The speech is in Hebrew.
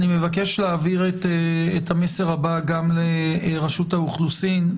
מבקש להעביר את המסר הבא גם לרשות האוכלוסין,